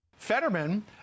Fetterman